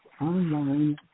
online